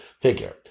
figure